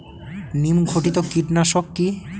নিম ঘটিত কীটনাশক কি?